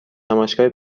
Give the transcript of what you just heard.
نمایشگاه